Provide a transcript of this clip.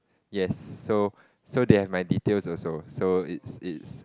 yes so so they have my details also so it's it's